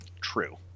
true